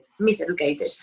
miseducated